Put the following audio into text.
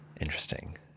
Interesting